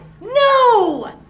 No